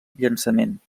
llançament